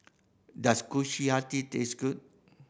does Kushiyaki taste good